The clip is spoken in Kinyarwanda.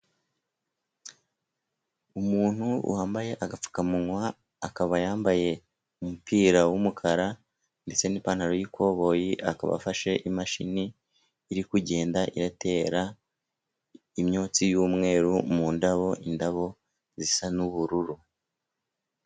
Umuntu wambaye agapfukamunwa, akaba yambaye umupira w'umukara ndetse n'ipantaro y'ikoboyi, akaba afashe imashini, iri kugenda iratera imyotsi y'umweru mu ndabo, indabo zisa n'ubururu.